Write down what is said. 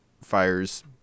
fires